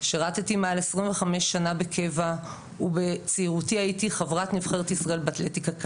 שירתי מעל 25 שנים בקבע ובצעירותי הייתי חברת נבחרת ישראל באתלטיקה קלה.